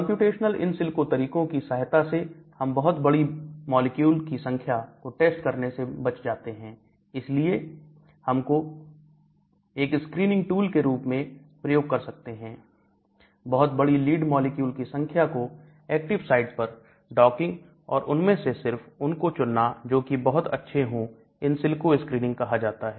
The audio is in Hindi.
कंप्यूटेशनल इनसिलिको तरीकों की सहायता से हम बहुत बड़ी मॉलिक्यूल की संख्या को टेस्ट करने से बस जाते हैं इसलिए इसको हम एक स्क्रीनिंग टूल के रूप में प्रयोग कर सकते हैं बहुत बड़ी लीड मॉलिक्यूल की संख्या को एक्टिव साइट पर डॉकिंग और उनमें से सिर्फ उन को चुनना जो कि बहुत अच्छे हो इनसिल्को स्क्रीनिंग कहा जाता है